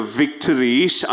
victories